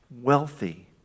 wealthy